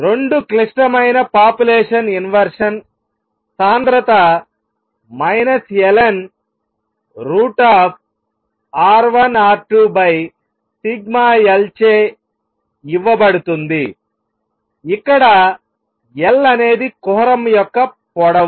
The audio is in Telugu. రెండు క్లిష్టమైన పాపులేషన్ ఇన్వెర్షన్ సాంద్రత ln√σL చే ఇవ్వబడుతుందిఇక్కడ L అనేది కుహరం యొక్క పొడవు